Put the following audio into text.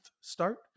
start